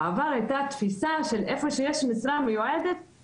בעבר היתה תפיסה שאיפה שיש משרה מיועדת,